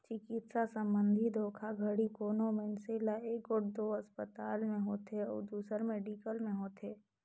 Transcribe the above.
चिकित्सा संबंधी धोखाघड़ी कोनो मइनसे ल एगोट दो असपताल में होथे अउ दूसर मेडिकल में होथे